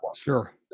Sure